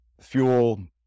fuel